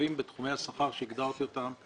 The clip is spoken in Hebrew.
משתלבים בתחומי השכר שהגדרתי אותם,